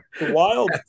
Wild